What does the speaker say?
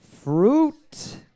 fruit